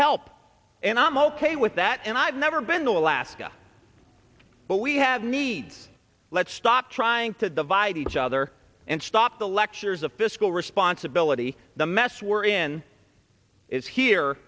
help and i'm ok with that and i've never been to alaska but we have needs let's stop trying to divide each other and stop the lectures of fiscal responsibility the mess we're in is here